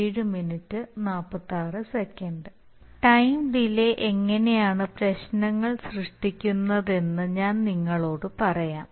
time delay എങ്ങനെയാണ് പ്രശ്നങ്ങൾ സൃഷ്ടിക്കുന്നതെന്ന് ഞാൻ നിങ്ങളോട് പറയാം